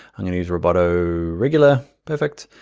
i'm going to use roboto regular, perfect,